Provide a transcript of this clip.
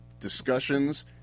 discussions